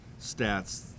stats